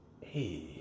hey